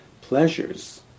pleasures